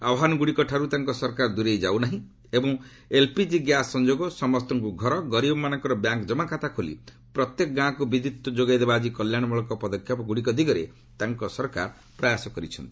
ଆହ୍ନାନଗ୍ରଡ଼ିକଠାରୁ ତାଙ୍କ ସରକାର ଦୂରେଇ ଯାଉନାହିଁ ଏବଂ ଏଲ୍ପିଜି ଗ୍ୟାସ୍ ସଂଯୋଗ ସମସ୍ତଙ୍କ ଘର ଗରିବମାନଙ୍କର ବ୍ୟାଙ୍କ୍ ଜମାଖାତା ଖୋଲି ଓ ପ୍ରତ୍ୟେକ ଗାଁକୁ ବିଦ୍ୟୁତ୍ ଯୋଗାଇ ଦେବା ଆଦି କଲ୍ୟାଣମୂଳକ ପଦକ୍ଷେପଗ୍ରଡ଼ିକ ଦିଗରେ ତାଙ୍କ ସରକାର ପ୍ରୟାସ କରିଛନ୍ତି